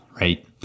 right